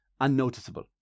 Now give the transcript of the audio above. unnoticeable